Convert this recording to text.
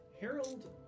Harold